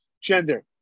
gender